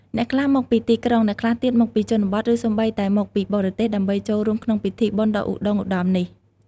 អ្នកខ្លះមកពីទីក្រុង អ្នកខ្លះទៀតមកពីជនបទ ឬសូម្បីតែមកពីបរទេស ដើម្បីចូលរួមក្នុងពិធីបុណ្យដ៏ឧត្ដុង្គឧត្ដមនេះ។